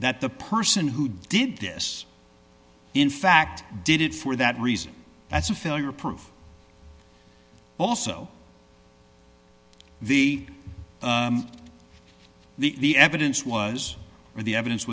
that the person who did this in fact did it for that reason that's a failure proof also the the the evidence was there the evidence